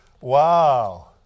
Wow